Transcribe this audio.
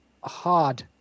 hard